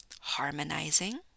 harmonizing